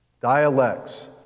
dialects